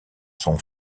son